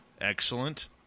excellent